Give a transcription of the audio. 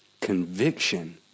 Conviction